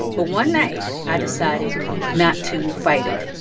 but one night i decided not to fight it,